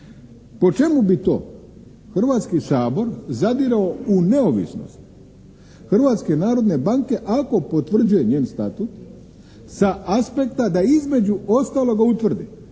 po čemu bi to Hrvatski sabor zadirao u neovisnost Hrvatske narodne banke ako potvrđuje njen statut sa aspekta da između ostaloga utvrdi